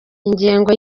ingengo